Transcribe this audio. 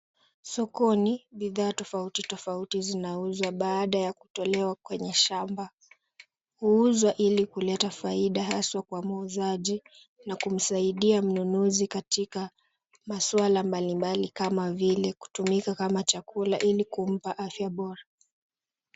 Sokoni, bidhaa tofautitofauti zinauzwa baada ya kutolewa kwenye shamba. Huuzwa ili kuleta faida haswa kwa muuzaji na kumsaidia mnunuzi katika masuala mbalimbali kama vile kutumika kama chakula ili kumpa afya bora.